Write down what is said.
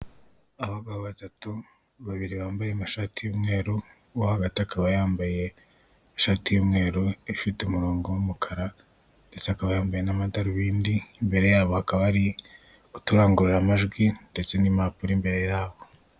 Abagabo batatu babiri bambaye amashati y'umweru uwo hagati akaba yambaye ishati y'umweru ifite umurongo w'umukara ndetse akaba yambaye n'amadarubindi, imbere yabo hakaba hari uturangurumajwi ndetse n'impapuro imbere yabo.